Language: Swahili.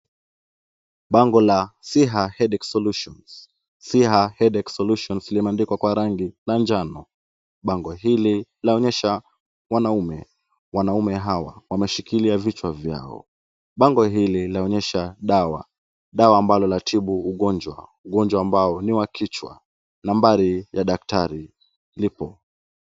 Bango la SIHA headache solutions SIHA headache solutions limeandikwa kwa rangi ya njano. Bango hili laonyesha mwanaume ,mwanaume hawa wameshikilia vichwa vyao .Bango hili laonyesha dawa ,dawa ambalo linatibu ugonjwa .Ugonjwa ambao ni wa kichwa nambari ya daktari lipo.